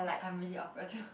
I'm really awkward too